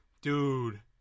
Dude